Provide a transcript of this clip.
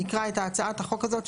נקרא את הצעת החוק הזאת,